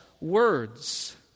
words